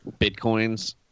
Bitcoins